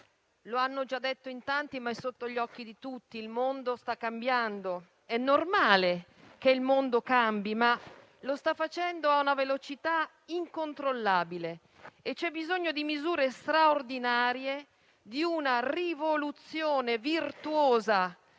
lo hanno già detto in tanti ed è sotto gli occhi di tutti: il mondo sta cambiando. È normale che il mondo cambi, ma lo sta facendo a una velocità incontrollabile e c'è bisogno di misure straordinarie, di una rivoluzione virtuosa